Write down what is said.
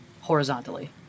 horizontally